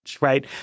Right